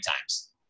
times